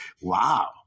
wow